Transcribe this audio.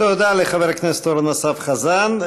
תודה לחבר הכנסת אורן אסף חזן.